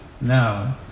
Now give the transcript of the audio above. no